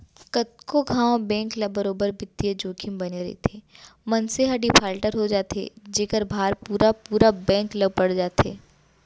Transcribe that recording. कतको घांव बेंक ल बरोबर बित्तीय जोखिम बने रइथे, मनसे ह डिफाल्टर हो जाथे जेखर भार पुरा पुरा बेंक ल पड़ जाथे